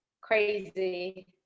crazy